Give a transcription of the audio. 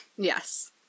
Yes